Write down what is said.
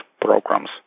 programs